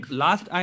last